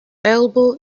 elbow